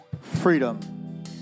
freedom